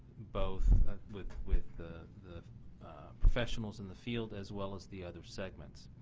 both with with the the professionals in the fields as well as the other segment.